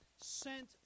sent